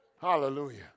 Hallelujah